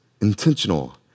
intentional